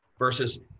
Versus